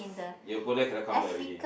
you go there cannot come back already